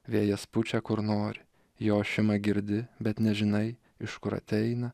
vėjas pučia kur nori jo ošimą girdi bet nežinai iš kur ateina